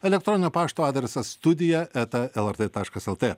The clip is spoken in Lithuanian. elektroninio pašto adresas studija eta lrt taškas lt